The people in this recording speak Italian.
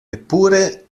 eppure